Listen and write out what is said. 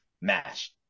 MASH